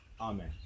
Amen